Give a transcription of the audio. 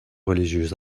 religieuse